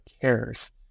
cares